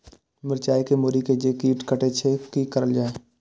मिरचाय के मुरी के जे कीट कटे छे की करल जाय?